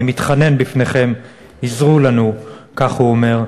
אני מתחנן בפניכם, עזרו לנו, כך הוא אומר.